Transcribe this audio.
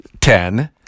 Ten